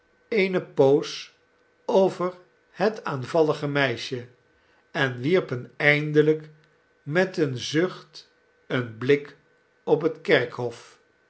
eene poos over het aanvallige meisje en wierpen eindelijk met een zucht een blik op het kerkhof